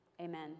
amen